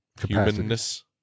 humanness